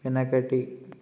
వెనకటి